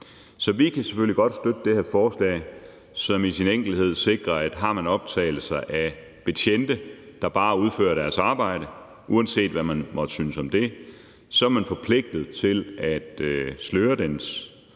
Så vi kan selvfølgelig godt støtte det her forslag, som i sin enkelhed sikrer, at har man optagelser af betjente, der bare udfører deres arbejde, uanset hvad man måtte synes om det, så er man forpligtet til at sløre den